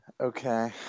Okay